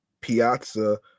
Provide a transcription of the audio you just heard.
piazza